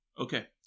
Okay